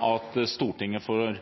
at Stortinget får